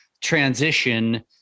transition